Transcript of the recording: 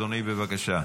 אדוני, בבקשה.